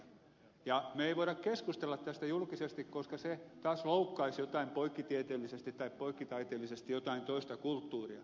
me emme voi keskustella tästä julkisesti koska se taas loukkaisi poikkitieteellisesti tai poikkitaiteellisesti jotain toista kulttuuria